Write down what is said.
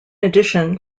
addition